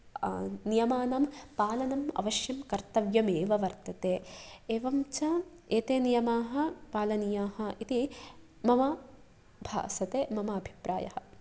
नियमानां पालनम् अवश्यं कर्तव्यमेव वर्तते एवं च एते नियमाः पालानीयाः इति मम भासते मम अभिप्रायः